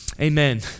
Amen